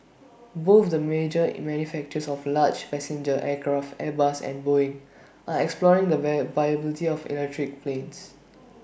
both the major in manufacturers of large passenger aircraft airbus and boeing are exploring the via viability of electric planes